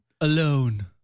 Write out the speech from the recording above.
alone